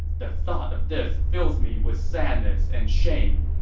the thought of this fills me with sadness and shame.